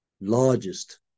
largest